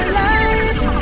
lights